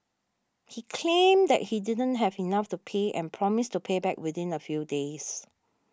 he claimed that he didn't have enough to pay and promised to pay back within a few days